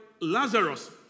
Lazarus